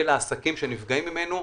בין העסקים שנפגעים ממנו,